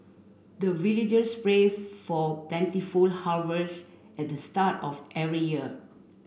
the villagers pray for plentiful harvest at the start of every year